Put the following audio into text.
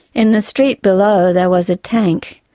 in the street below, there was a tank,